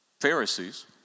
Pharisees